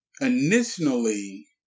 initially